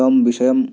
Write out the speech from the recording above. तं विषयं